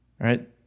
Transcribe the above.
right